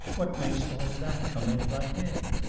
what makes all that come into my head.